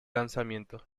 lanzamiento